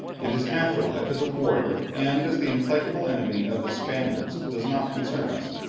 and his after-life as a warrior and as the implacable enemy of the spaniards does not concern us.